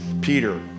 peter